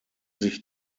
sich